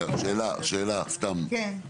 שאלה סתם,